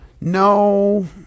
No